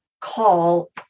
call